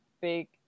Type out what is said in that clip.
big